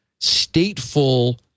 stateful